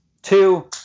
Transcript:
Two